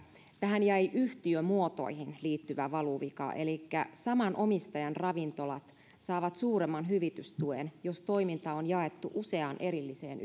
tähän jäi yhtiömuotoihin liittyvä valuvika elikkä saman omistajan ravintolat saavat suuremman hyvitystuen jos toiminta on jaettu useaan erilliseen